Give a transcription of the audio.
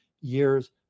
years